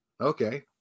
Okay